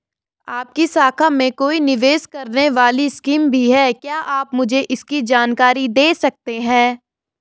आपकी शाखा में कोई निवेश करने वाली स्कीम भी है क्या आप मुझे इसकी जानकारी दें सकते हैं?